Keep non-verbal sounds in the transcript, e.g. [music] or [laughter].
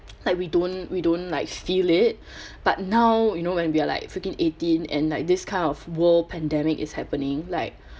[noise] like we don't we don't like feel it [breath] but now you know when we are like freaking eighteen and like this kind of world pandemic is happening like